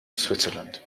switzerland